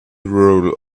rule